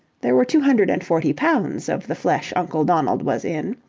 there were two hundred and forty pounds of the flesh uncle donald was in,